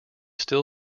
still